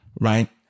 Right